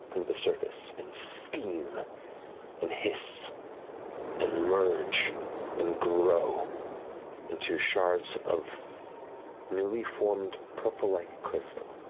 the surface and steam and and hiss and merge and grow into shards of newly formed purple-like crystal.